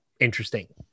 interesting